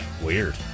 weird